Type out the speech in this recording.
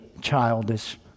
childish